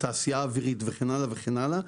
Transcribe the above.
התעשייה האווירית וכן הלאה וכן הלאה,